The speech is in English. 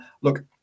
look